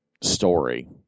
story